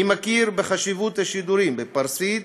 אני מכיר בחשיבות השידורים בפרסית,